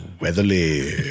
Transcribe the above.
Weatherly